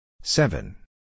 Seven